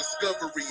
discovery